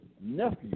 nephew